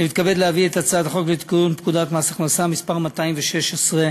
אני מתכבד להביא את הצעת החוק לתיקון פקודת מס הכנסה (מס' 216)